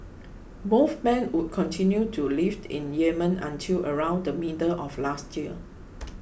both men would continue to live in Yemen until around the middle of last year